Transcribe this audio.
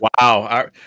Wow